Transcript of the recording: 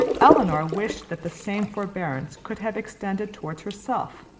elinor wished that the same forbearance could have extended towards herself,